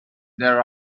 their